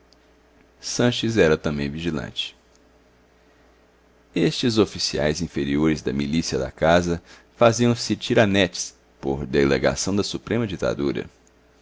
sanches era também vigilante estes oficiais inferiores da milícia da casa faziam-se tiranetes por delegação da suprema ditadura